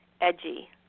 edgy